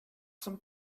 some